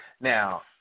now